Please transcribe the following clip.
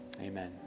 amen